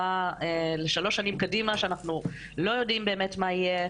לשלוש שנים קדימה כשאנחנו לא יודעים מה יהיה,